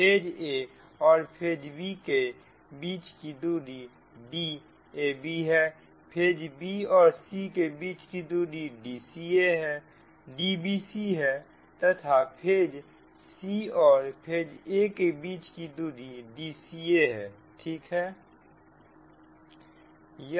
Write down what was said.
phase a और phase b के बीच की दूरी Dabहै फेज b और फेज c के बीच की दूरी Dbc है तथा फेज c और फेज a के बीच की दूरी Dca है ठीक है